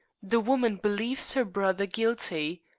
the woman believes her brother guilty.